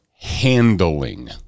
handling